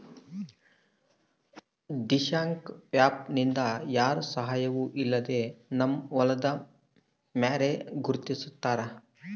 Dishank app ನಿಂದ ಯಾರ ಸಹಾಯವೂ ಇಲ್ಲದೆ ನಮ್ಮ ಹೊಲದ ಮ್ಯಾರೆ ಗುರುತಿಸ್ತಾರ